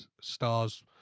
stars